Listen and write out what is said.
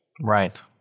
Right